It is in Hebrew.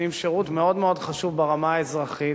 נותנים שירות מאוד מאוד חשוב ברמה האזרחית,